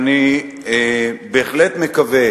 בהחלט מקווה